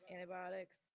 antibiotics